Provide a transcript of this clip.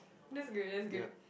that's good that's good